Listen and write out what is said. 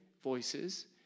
voices